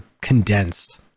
condensed